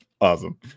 awesome